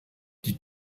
die